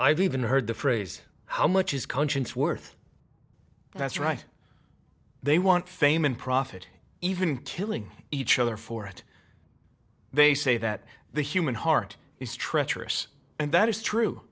i've even heard the phrase how much is conscience worth that's right they want fame and profit even killing each other for it they say that the human heart is treacherous and that is true